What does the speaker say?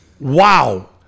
Wow